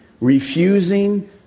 refusing